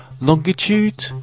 Longitude